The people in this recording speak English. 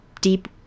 deep